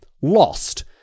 lost